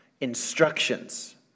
instructions